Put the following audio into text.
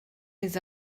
les